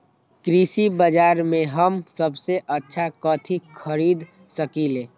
कृषि बाजर में हम सबसे अच्छा कथि खरीद सकींले?